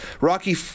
Rocky